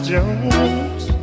Jones